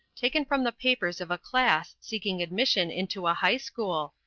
taken from the papers of a class seeking admission into a high-school,